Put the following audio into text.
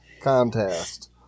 contest